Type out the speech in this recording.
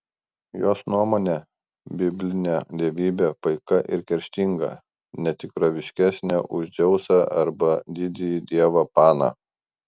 jos nuomone biblinė dievybė paika ir kerštinga ne tikroviškesnė už dzeusą arba didįjį dievą paną